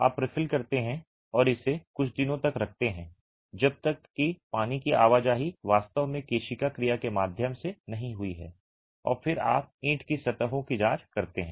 आप रिफिल करते हैं और इसे कुछ दिनों तक रखते हैं जब तक कि पानी की आवाजाही वास्तव में केशिका क्रिया के माध्यम से नहीं हुई है और फिर आप ईंट की सतहों की जांच करते हैं